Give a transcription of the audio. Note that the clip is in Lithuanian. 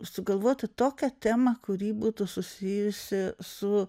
sugalvoti tokią temą kuri būtų susijusi su